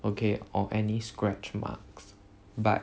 okay or any scratch marks but